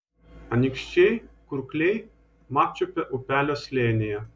anykščiai kurkliai marčiupio upelio slėnyje